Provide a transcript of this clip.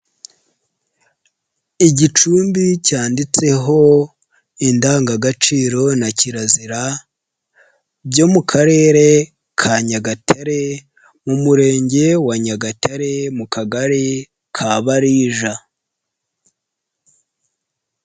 Igicumbi cyanditseho indangagaciro na kirazira byo mu Karere ka Nyagatare, mu Murenge wa Nyagatare, mu kagari ka Barija.